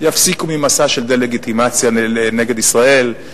יפסיקו את המסע של הדה-לגיטימציה נגד ישראל,